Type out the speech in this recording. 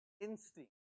instinct